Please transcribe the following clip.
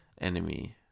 enemy